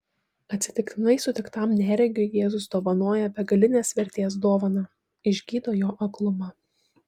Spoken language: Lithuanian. atsitiktinai sutiktam neregiui jėzus dovanoja begalinės vertės dovaną išgydo jo aklumą